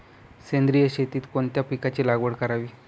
सेंद्रिय शेतीत कोणत्या पिकाची लागवड करावी?